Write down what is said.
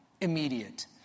immediate